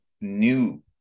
new